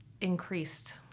increased